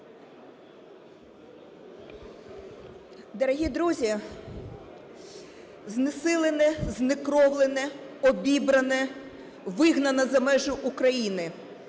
Дорогі друзі, знесилене, знекровлене, обібране, вигнане за межі України,